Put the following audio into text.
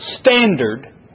standard